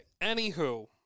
anywho